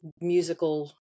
musical